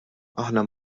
aħna